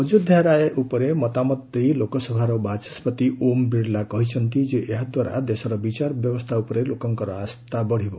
ଅଯୋଧ୍ୟା ରାୟ ଉପରେ ମତାମତ ଦେଇ ଲୋକସଭା ବାଚସ୍କତି ଓମ୍ ବିର୍ଲା କହିଛନ୍ତି ଯେ ଏହା ଦ୍ୱାରା ଦେଶର ବିଚାର ବ୍ୟବସ୍ଥା ଉପରେ ଲୋକଙ୍କର ଆସ୍ଥା ବଢ଼ିବ